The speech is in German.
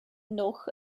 noch